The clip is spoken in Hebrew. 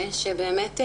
הסניגוריה הציבורית.